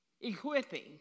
Equipping